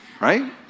Right